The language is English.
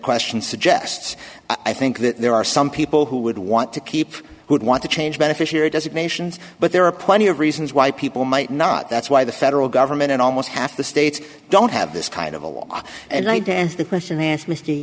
question suggests i think that there are some people who would want to keep who'd want to change beneficiary designations but there are plenty of reasons why people might not that's why the federal government and almost half the states don't have this kind of a law and i do and the question they asked m